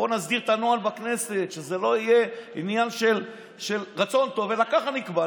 בוא נסדיר את הנוהל בכנסת שזה לא יהיה עניין של רצון טוב אלא ככה נקבע.